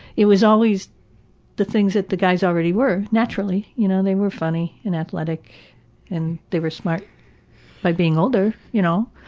it was always the things that the guys already were naturally. you know? they were funny and athletic and they were smart by being older, you know?